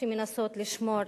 שמנסות לשמור